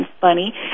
funny